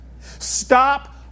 Stop